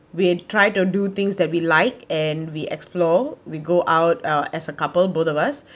we'd tried to do things that we like and we explore we go out uh as a couple both of us